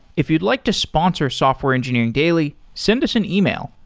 if you'd like to sponsor software engineering daily, send us an email,